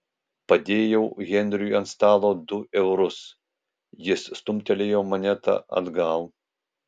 padėjau henriui ant stalo du eurus jis stumtelėjo monetą atgal